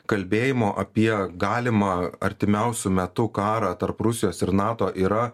kalbėjimo apie galimą artimiausiu metu karą tarp rusijos ir nato yra